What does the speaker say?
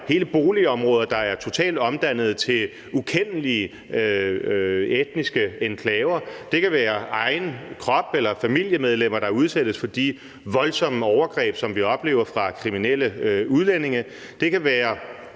hele boligområder, der er totalt omdannet til ukendelige etniske enklaver; det kan være egen krop eller familiemedlemmer, der udsættes for de voldsomme overgreb, som vi oplever fra kriminelle udlændinge; det kan være